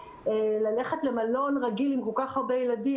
ללכת למלון רגיל עם כל כך הרבה ילדים,